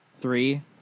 Three